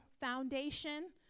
foundation